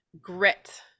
grit